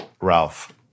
Ralph